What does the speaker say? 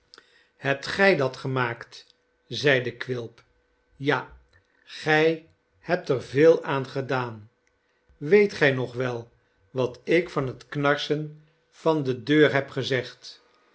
hebt gij dat gemaakt zeide quilp jal gij hebt er veel aan gedaan weet gij nog wel wat ik van het knarsen van de deur heb gezegd